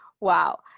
Wow